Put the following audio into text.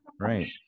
right